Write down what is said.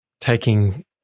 taking